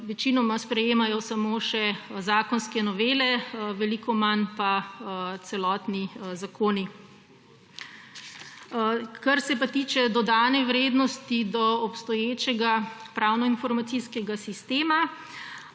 večinoma sprejemajo samo še zakonske novele, veliko manj pa celotni zakoni. Kar se pa tiče dodane vrednosti do obstoječega Pravno-informacijskega sistema,